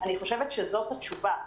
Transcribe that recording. אני חושבת שזאת התשובה,